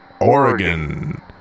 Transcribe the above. Oregon